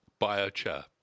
biochar